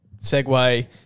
segue